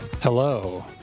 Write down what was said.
Hello